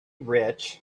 rich